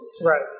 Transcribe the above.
Right